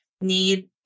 need